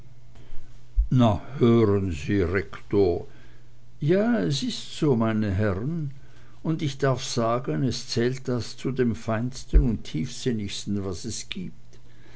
na hören sie rektor ja es ist so meine herren und ich darf sagen es zählt das zu dem feinsten und tiefsinnigsten was es gibt